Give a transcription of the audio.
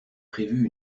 prévu